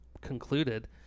concluded